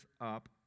up